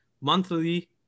monthly